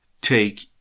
take